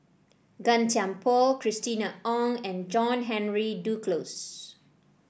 Gan Thiam Poh Christina Ong and John Henry Duclos